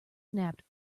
snapped